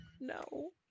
no